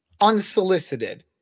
unsolicited